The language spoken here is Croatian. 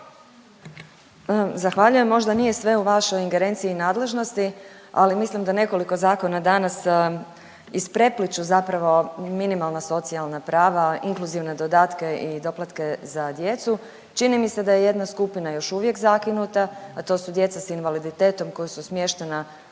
Zahvaljujem. Možda nije sve u vašoj ingerenciji i nadležnosti, ali mislim da nekoliko zakona danas isprepliću zapravo minimalna socijalna prava, inkluzivne dodatke i doplatke za djecu. Čini mi se da je jedna skupina još uvijek zakinuta, a to su djeca sa invaliditetom koja su smještena